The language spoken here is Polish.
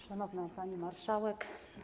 Szanowna Pani Marszałek!